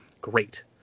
Great